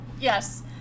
Yes